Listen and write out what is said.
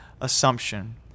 assumption